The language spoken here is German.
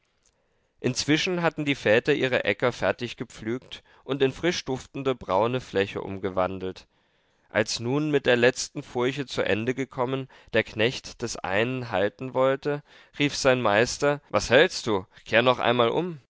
inzwischen hatten die väter ihre äcker fertig gepflügt und in frischduftende braune fläche umgewandelt als nun mit der letzten furche zu ende gekommen der knecht des einen halten wollte rief sein meister was hältst du kehr noch einmal um